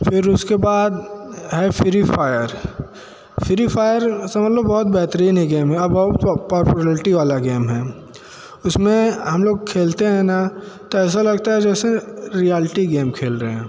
फिर उसके बाद है फ्री फायर फ्री फायर समझ लो बहुत बेहतरीन ये गेम है और बहुत पापुलेरटी वाला गेम है उसमें हम लोग खेलते हैं ना तो ऐसा लगता है जैसे रियालटी गेम खेल रहे हैं